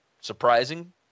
surprising